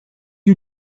you